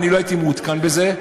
אני לא הייתי מעודכן בזה.